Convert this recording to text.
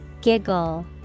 giggle